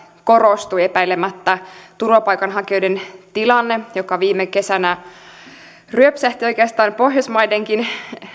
korostui epäilemättä turvapaikanhakijoiden tilanne joka viime kesänä sitten ryöpsähti oikeastaan pohjoismaidenkin